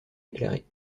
déclarée